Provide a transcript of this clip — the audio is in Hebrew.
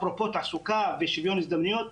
אפרופו תעסוקה ושוויון הזדמנויות,